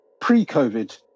Pre-COVID